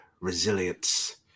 resilience